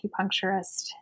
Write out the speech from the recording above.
acupuncturist